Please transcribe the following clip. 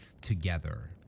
together